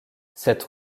cette